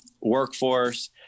workforce